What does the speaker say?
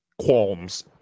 qualms